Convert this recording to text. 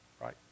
right